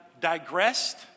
digressed